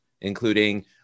including